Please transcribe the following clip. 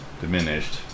diminished